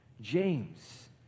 James